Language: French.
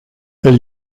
elle